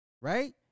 Right